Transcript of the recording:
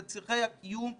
את צרכי הקיום,